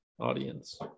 audience